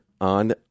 on